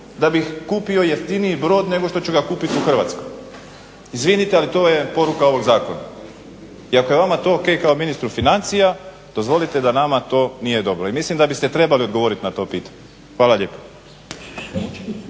da bih kupio jeftiniji brod nego što ću ga kupiti u Hrvatskoj. Izvinite ali to je poruka ovog zakona i ako je vama to o.k. kao ministru financija dozvolite da nama to nije dobro i mislim da biste trebali odgovoriti na to pitanje. Hvala lijepo.